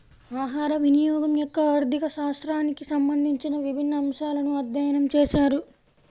ఆహారవినియోగం యొక్క ఆర్థిక శాస్త్రానికి సంబంధించిన విభిన్న అంశాలను అధ్యయనం చేశారు